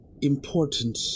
important